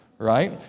right